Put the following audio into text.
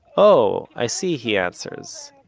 oh, i see, he answers,